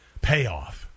payoff